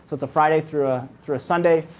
it's a friday through ah through a sunday.